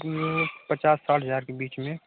यह पचास साठ हज़ार के बीच में